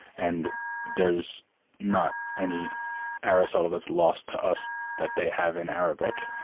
and there is not any aristotle that's lost to us that they have in arabic,